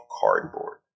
cardboard